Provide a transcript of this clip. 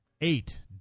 Eight